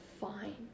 fine